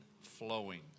flowing